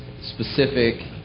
specific